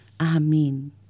Amen